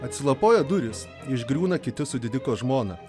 atsilapoja durys išgriūna kiti su didiko žmona